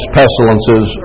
pestilences